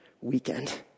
weekend